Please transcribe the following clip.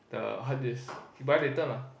the hard disk you buy later lah